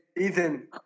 Ethan